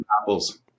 Apples